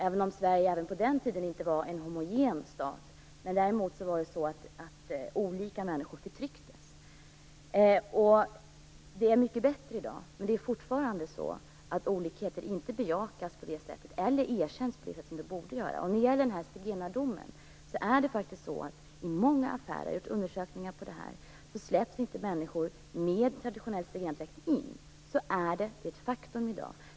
Även om Sverige på den tiden inte var en homogen stat, förtrycktes olika människor. Situationen är mycket bättre i dag. Men fortfarande bejakas eller erkänns inte olikheter på det sätt som de borde. När det gäller ziegenardomen finns det undersökningar som visar att många affärer inte släpper in människor med traditionell ziegenardräkt. Detta är ett faktum i dag.